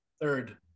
third